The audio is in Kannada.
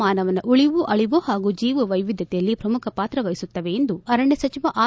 ಮಾನವನ ಉಳವು ಅಳವು ಹಾಗೂ ಜೀವವೈವಿಧ್ಯತೆಯಲ್ಲಿ ಪ್ರಮುಖಪಾತ್ರ ವಹಿಸುತ್ತವೆ ಎಂದು ಅರಣ್ಯ ಸಚಿವ ಆರ್